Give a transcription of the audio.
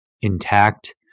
intact